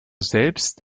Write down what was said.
selbst